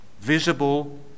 visible